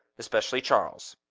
especially charles.